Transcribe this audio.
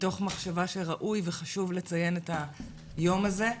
מתוך מחשבה שראוי וחשוב לציין את היום הזה.